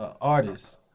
artist